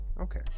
okay